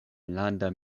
enlanda